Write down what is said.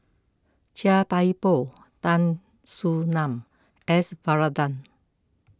Chia Thye Poh Tan Soo Nan S Varathan